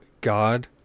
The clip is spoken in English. God